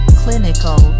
clinical